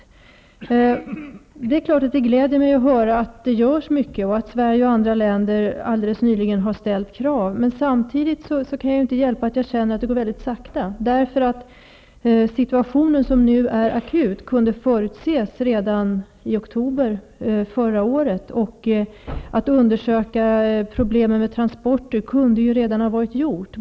Det är klart att det gläder mig att höra att det görs mycket och att Sverige och andra länder alldeles nyligen har ställt krav. Samtidigt kan jag inte hjälpa att jag känner att det går mycket sakta. Situationen, som nu är akut, kunde ju förutses redan i oktober förra året. Man kunde ju redan tidigare ha under sökt problemen med transporter.